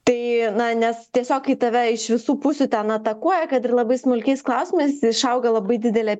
tai na nes tiesiog kai tave iš visų pusių ten atakuoja kad ir labai smulkiais klausimais išauga labai didelė